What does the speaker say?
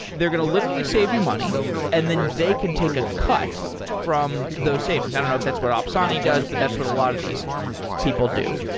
they're going to literally save you money and then they can take a cut from those savings. i don't know if that's what opsani does, but that's what a lot of these people do.